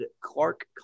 Clark